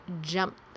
jump